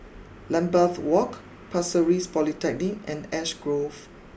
Lambeth walk Pasir Ris Polyclinic and Ash Grove